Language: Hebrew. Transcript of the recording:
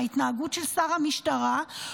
ההתנהגות של שר המשטרה,